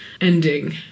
ending